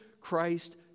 Christ